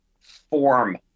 form